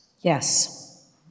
Yes